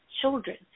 children